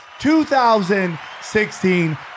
2016